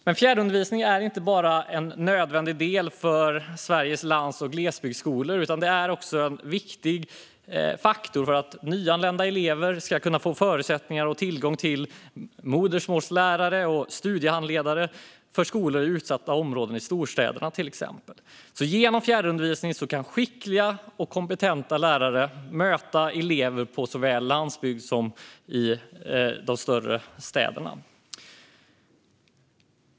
Men fjärrundervisning är inte bara en nödvändig del för Sveriges lands och glesbygdsskolor utan den är också en viktig faktor för att nyanlända elever ska få tillgång till modersmålslärare och studiehandledare, till exempel för skolor i utsatta områden i storstäderna. Genom fjärrundervisning kan skickliga och kompetenta lärare möta elever på såväl landsbygden som i de större städerna.